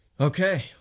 Okay